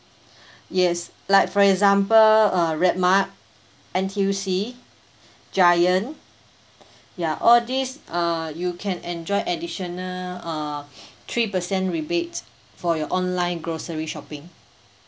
yes like for example uh redmart N_T_U_C giant ya all this uh you can enjoy additional uh three percent rebate for your online grocery shopping